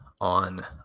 on